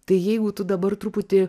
tai jeigu tu dabar truputį